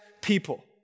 people